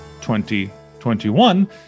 2021